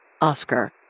Oscar